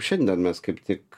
šiandien mes kaip tik